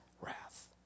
wrath